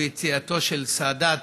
ואת יציאתו של סאדאת